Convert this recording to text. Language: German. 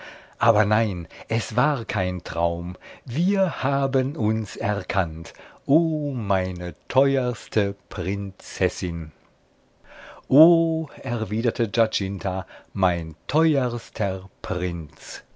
aber nein es war kein traum wir haben uns erkannt o meine teuerste prinzessin o erwiderte giacinta mein teuerster prinz